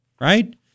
right